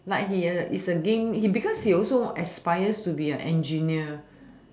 like he is a game because he also aspired to be an engineer